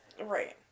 Right